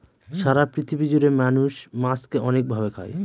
সারা পৃথিবী জুড়ে মানুষ মাছকে অনেক ভাবে খায়